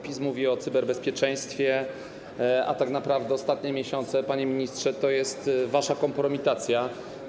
PiS mówi o cyberbezpieczeństwie, a tak naprawdę ostatnie miesiące, panie ministrze, to jest wasza kompromitacja.